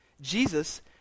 Jesus